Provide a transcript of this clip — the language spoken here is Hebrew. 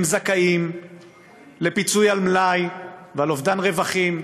הם זכאים לפיצוי על מלאי ועל אובדן רווחים.